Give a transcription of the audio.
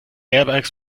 airbags